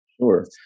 Sure